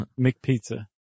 McPizza